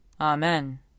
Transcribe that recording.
Amen